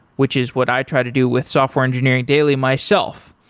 which is what i try to do with software engineering daily myself.